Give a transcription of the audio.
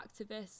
activists